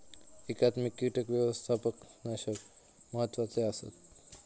एकात्मिक कीटक व्यवस्थापन कशाक महत्वाचे आसत?